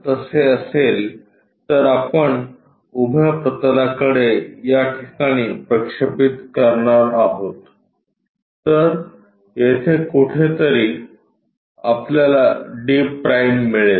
जर असे असेल तर आपण उभ्या प्रतलाकडे या ठिकाणी प्रक्षेपित करणार आहोत तर येथे कुठेतरी आपल्याला d' मिळेल